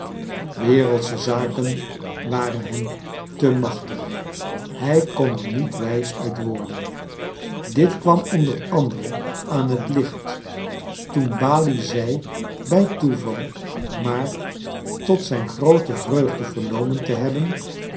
wereldsche zaken waren hem te machtig hij kon er niet wijs uit worden bit kwam o a aan het licht toen balie zei bij toeval maar tot zijn groote vreugde vernomen te hebben